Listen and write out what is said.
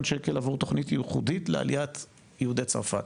שקל עבור תוכנית ייחודית לעליית יהודי צרפת.